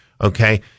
Okay